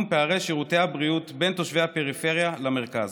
פערי שירותי הבריאות בין תושבי הפריפריה למרכז.